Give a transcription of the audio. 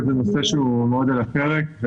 זה משהו שיתרום להם רבות לשילוב המוכשרים בשוק העבודה